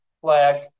flag